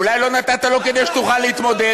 אולי לא נתת לו כדי שתוכל להתמודד?